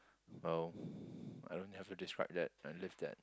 well I don't have to describe that I live that